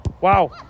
Wow